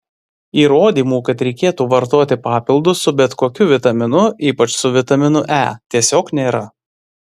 įrodymų kad reikėtų vartoti papildus su bet kokiu vitaminu ypač su vitaminu e tiesiog nėra